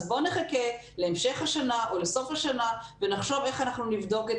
אז בוא נחכה להמשך השנה או לסוף השנה ונחשוב איך אנחנו נבדוק,